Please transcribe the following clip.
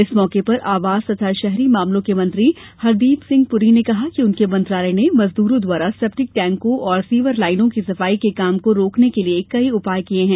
इस मौके पर आवास तथा शहरी मामलों के मंत्री हरदीप सिंह पुरी ने कहा कि उनके मंत्रालय ने मजदूरों द्वारा सेप्टिक टैंकों और सीवर लाइनों की सफाई के काम को रोकने के लिए कई उपाय किए हैं